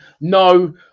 No